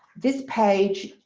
this page